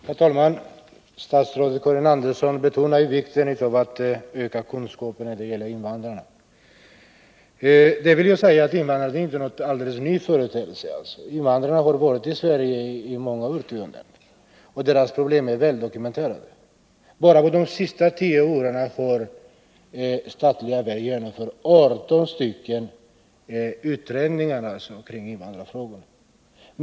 Herr talman! Statsrådet Karin Andersson betonar vikten av ökade kunskaper när det gäller invandrarna. Till detta vill jag säga att invandrarna inte är någon alldeles ny företeelse; de har varit i Sverige under många årtionden och deras problem är väl dokumenterade. Enbart under de senaste tio åren har 18 utredningar om invandrarfrågor tillsatts.